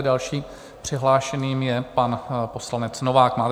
Dalším přihlášeným je pan poslanec Novák.